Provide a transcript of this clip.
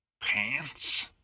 pants